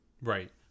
Right